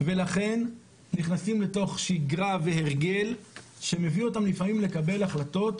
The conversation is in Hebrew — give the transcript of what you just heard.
לכן נכנסים לתוך שגרה והרגל שמביא אותם לפעמים לקבל החלטות